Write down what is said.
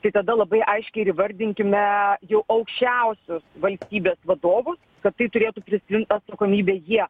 tai tada labai aiškiai ir įvardinkime jau aukščiausius valstybės vadovus kad tai turėtų prisiimti atsakomybę jie